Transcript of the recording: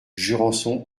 jurançon